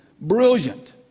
brilliant